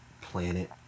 planet